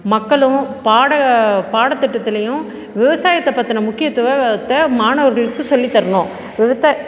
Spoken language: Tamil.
மக்களும் பாட பாடத்திட்டத்திலையும் விவசாயத்தை பத்திய முக்கியத்துவத்தை மாணவர்களுக்கு சொல்லித்தரணும் விவத்த